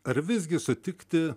ar visgi sutikti